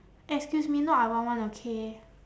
excuse me not I want [one] okay